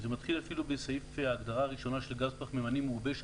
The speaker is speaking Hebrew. זה מתחיל אפילו בסעיף ההגדרה הראשונה של "גז פחמימני מעובה",